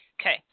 Okay